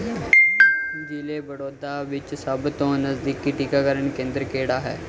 ਜ਼ਿਲ੍ਹੇ ਬੜੋਦਾ ਵਿੱਚ ਸਭ ਤੋਂ ਨਜ਼ਦੀਕੀ ਟੀਕਾਕਰਨ ਕੇਂਦਰ ਕਿਹੜਾ ਹੈ